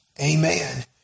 Amen